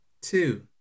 Two